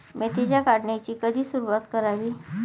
मेथीच्या काढणीची कधी सुरूवात करावी?